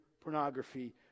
pornography